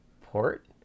port